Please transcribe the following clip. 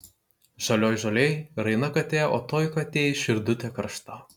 žalioj žolėj raina katė o toj katėj širdutė karšta